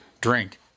drink